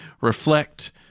reflect